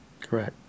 Correct